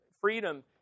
freedom